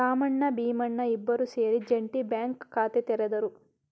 ರಾಮಣ್ಣ ಭೀಮಣ್ಣ ಇಬ್ಬರೂ ಸೇರಿ ಜೆಂಟಿ ಬ್ಯಾಂಕ್ ಖಾತೆ ತೆರೆದರು